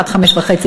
1.55,